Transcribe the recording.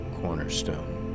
cornerstone